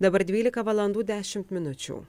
dabar vylika valandų dešimt minučių